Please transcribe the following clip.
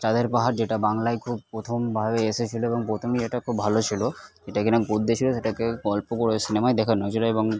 চাঁদের পাহাড় যেটা বাংলায় খুব প্রথমভাবে এসেছিলো এবং পোথমেই এটা খুব ভালো ছিলো এটা কিনা গদ্যে ছিলো সেটাকে গল্প করে সিনেমায় দেখানো হয়েছিলো এবং